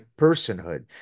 personhood